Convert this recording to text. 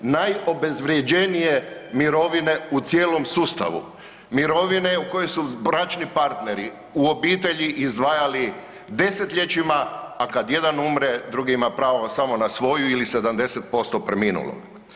Najobezvrjeđenije mirovine u cijelom sustavu, mirovine u koju su bračni partneri u obitelji izdvajali desetljećima, a kad jedan umre drugi ima pravo samo na svoju ili 70% preminulog.